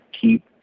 keep